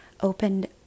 opened